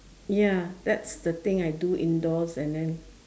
ya that's the thing I do indoors and then